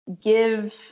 give